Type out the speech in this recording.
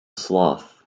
sloth